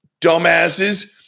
Dumbasses